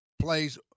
plays